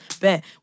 bet